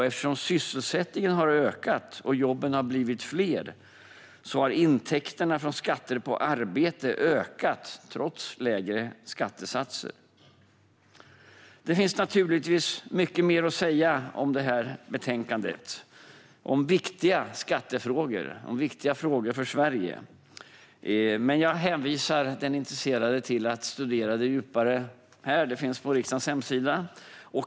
Eftersom sysselsättningen har ökat och jobben har blivit fler har intäkterna från skatter på arbete ökat, trots lägre skattesatser. Det finns naturligtvis mycket mer att säga om detta betänkande - om viktiga skattefrågor, om frågor som är viktiga för Sverige. Men jag hänvisar den intresserade att studera detta djupare. Det finns på riksdagens hemsida.